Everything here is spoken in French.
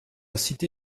cité